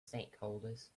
stakeholders